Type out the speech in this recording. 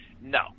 No